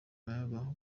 mayaga